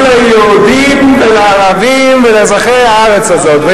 רק ליהודים ולערבים ולאזרחי הארץ הזאת.